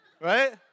right